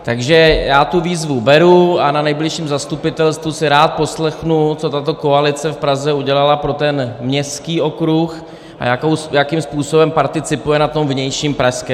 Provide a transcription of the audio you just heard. Takže já tu výzvu beru a na nejbližším zastupitelstvu si rád poslechnu, co tato koalice v Praze udělala pro ten městský okruh a jakým způsobem participuje na tom vnějším pražském.